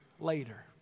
later